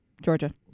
Georgia